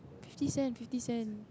fifty cent fifty cent